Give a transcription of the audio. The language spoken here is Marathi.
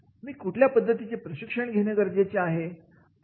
' 'मी कुठल्या पद्धतीचे प्रशिक्षण घेणे गरजेचे आहे